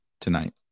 tonight